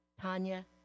Tanya